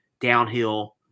downhill